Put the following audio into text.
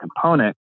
component